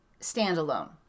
standalone